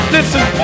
listen